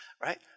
right